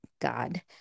God